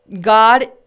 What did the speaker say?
God